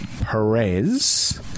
Perez